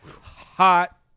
Hot